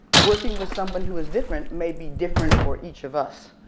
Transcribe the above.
working with someone who is different may be different for each of us.